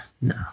no